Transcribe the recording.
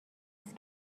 است